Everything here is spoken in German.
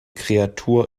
kreatur